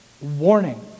warning